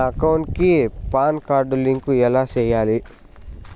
నా అకౌంట్ కి PAN card link ఎలా సేయాలి